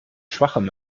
schwachem